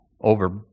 over